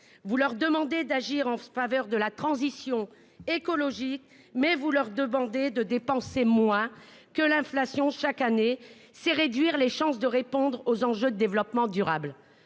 Vous leur demandez à la fois d'agir en faveur de la transition écologique et de dépenser moins que l'inflation chaque année : c'est réduire les chances de répondre aux enjeux de développement durable.